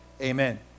Amen